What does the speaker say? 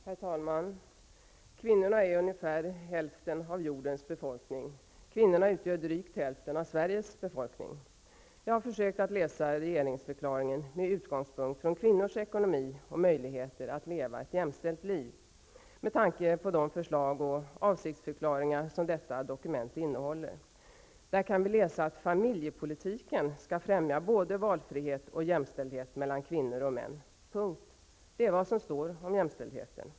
Herr talman! Kvinnorna utgör ungefär hälften av jordens befolkning och i Sverige utgör de drygt hälften av befolkningen. Jag har försökt läsa regeringsförklaringen med utgångspunkt i kvinnors ekonomi och möjligheter att leva ett med män jämställt liv. Bland de förslag och avsiktsförklaringar som detta dokument innehåller kan vi läsa att familjepolitiken skall främja både valfrihet och jämställdhet mellan kvinnor och män. Det är allt som står om jämställdhet.